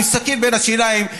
עם סכין בין השיניים,